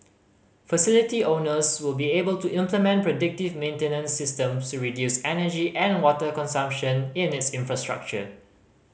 facility owners will be able to implement predictive maintenance system so reduce energy and water consumption in its infrastructure